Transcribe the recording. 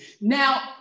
Now